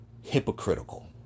Hypocritical